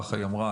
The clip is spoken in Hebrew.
כך היא אמרה,